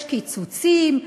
יש קיצוצים,